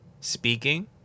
speaking